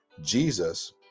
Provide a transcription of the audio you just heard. Jesus